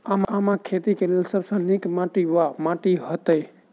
आमक खेती केँ लेल सब सऽ नीक केँ माटि वा माटि हेतै?